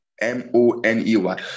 M-O-N-E-Y